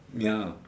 ya